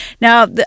Now